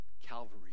Calvary